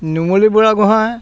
Numali Burhagohain